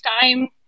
time